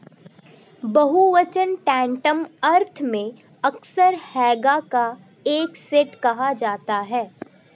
बहुवचन टैंटम अर्थ में अक्सर हैगा का एक सेट कहा जाता है